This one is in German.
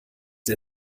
der